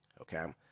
Okay